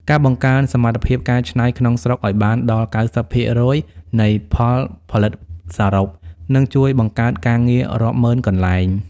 ការបង្កើនសមត្ថភាពកែច្នៃក្នុងស្រុកឱ្យបានដល់ ៩០% នៃផលផលិតសរុប នឹងជួយបង្កើតការងាររាប់ម៉ឺនកន្លែង។